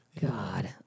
God